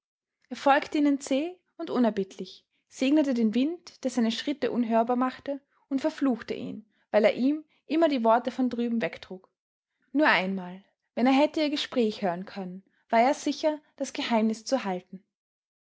folgte ihnen zäh und unerbittlich segnete den wind der seine schritte unhörbar machte und verfluchte ihn weil er ihm immer die worte von drüben wegtrug nur einmal wenn er hätte ihr gespräch hören können war er sicher das geheimnis zu halten